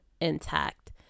intact